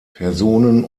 personen